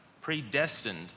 predestined